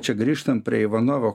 čia grįžtam prie ivanovo